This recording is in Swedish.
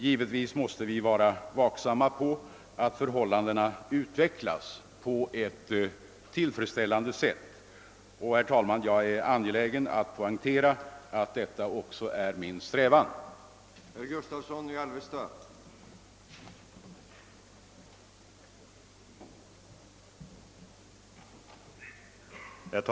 Givetvis måste vi vaka över att förhållandena utvecklas på ett tillfredsställande sätt, och jag är angelägen om att poängtera att det är min strävan att göra detta.